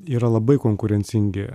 yra labai konkurencingi